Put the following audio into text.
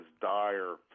dire